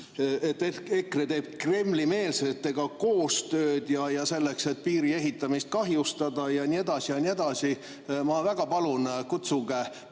et EKRE teeb Kremli-meelsetega koostööd, selleks et piiri ehitamist kahjustada, ja nii edasi ja nii edasi. Ma väga palun, kutsuge